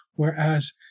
Whereas